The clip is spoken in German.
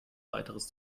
weiteres